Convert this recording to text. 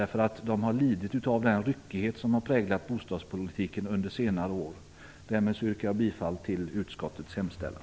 Dessa har nämligen lidit av den ryckighet som har präglat bostadspolitiken under senare år. Därmed yrkar jag bifall till utskottets hemställan.